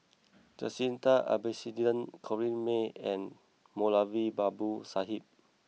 Jacintha Abisheganaden Corrinne May and Moulavi Babu Sahib